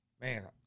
man